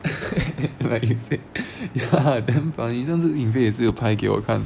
ya damn funny 上次 也是有拍给我看